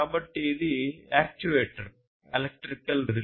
కాబట్టి ఇది actuator electric relay